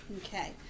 Okay